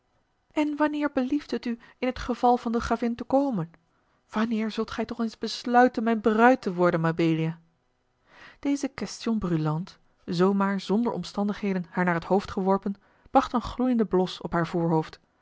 en wanneer belieft het u in t geval van de gravin te komen wanneer zult gij toch eens besluiten mijne bruid te worden mabelia deze question brûlante zoo maar zonder omstandigheden haar naar t hoofd geworpen bracht een gloeienden blos op haar voorhoofd